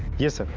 yes, ah